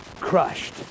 crushed